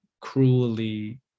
cruelly